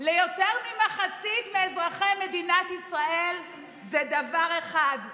ליותר ממחצית מאזרחי מדינת ישראל זה דבר אחד: